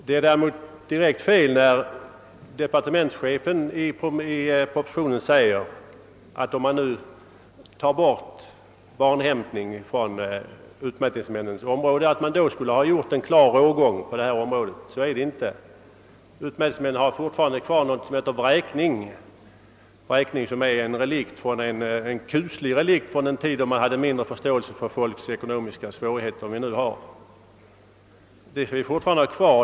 Det är däremot alldeles fel då departementschefen i propositionen skriver att när nu barnhämtning inte längre skall tillhöra utmätningsmännens arbetsområde så har en klar rågång dragits upp härvidlag. Så förhåller det sig inte ty utmätningsmännen har fortfarande att verkställa någonting som heter vräkning, en kuslig relikt från en tid då vi hade mindre förståelse för människors ekonomiska svårigheter än vi numera har.